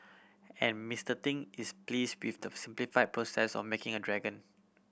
and Mister Ting is pleased with the simplified process of making a dragon